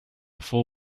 full